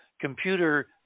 computer